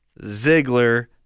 Ziggler